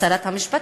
את שרת המשפטים.